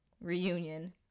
reunion